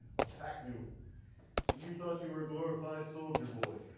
pack mules and you thought you were a glorified soldier-boy!